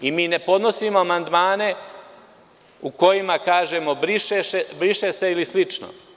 Mi ne podnosimo amandmane u kojima kažemo – briše se ili slično.